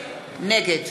נגד